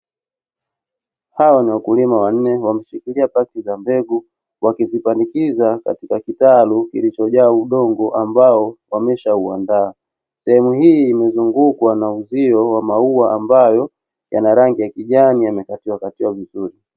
Hawa ni wakuliwa wanne, wameshikilia paketi za mbegu wakizipandikiza katika kitalu kilicho jaa udongo ambao, wameshauandaa. Sehemu hii imezungukwa na uzio wa maua ambayo yana rangi ya kijani yamekatiwakatiwa vizuri.